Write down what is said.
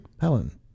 Helen